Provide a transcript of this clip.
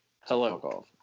hello